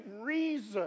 reason